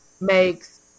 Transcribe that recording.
makes –